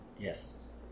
Yes